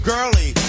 girly